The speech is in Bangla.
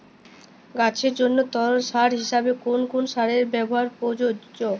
গাছের জন্য তরল সার হিসেবে কোন কোন সারের ব্যাবহার প্রযোজ্য?